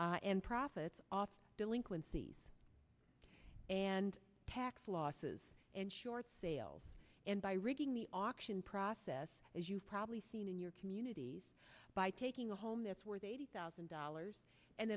and profits off delinquencies and tax losses and short sales and by rigging the auction process as you've probably seen in your communities by taking a home that's worth eighty thousand dollars and